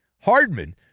Hardman